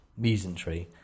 mesentery